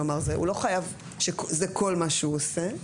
כלומר הוא לא חייב שזה כל מה שהוא עושה.